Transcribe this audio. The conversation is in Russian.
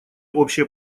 общее